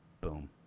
Boom